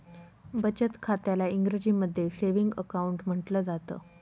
बचत खात्याला इंग्रजीमध्ये सेविंग अकाउंट म्हटलं जातं